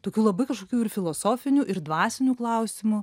tokių labai kažkokių ir filosofinių ir dvasinių klausimų